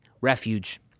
refuge